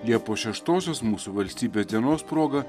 liepos šeštosios mūsų valstybės dienos proga